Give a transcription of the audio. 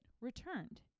returned